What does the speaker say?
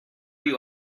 you